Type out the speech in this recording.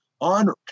on